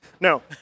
No